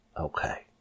Okay